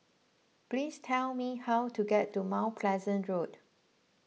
please tell me how to get to Mount Pleasant Road